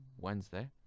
Wednesday